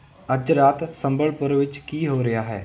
ਅੱਜ ਰਾਤ ਸੰਬਲਪੁਰ ਵਿੱਚ ਕੀ ਹੋ ਰਿਹਾ ਹੈ